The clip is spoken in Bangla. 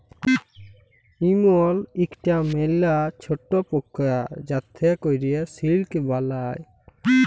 ইমল ইকটা ম্যালা ছট পকা যাতে ক্যরে সিল্ক বালাই